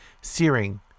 searing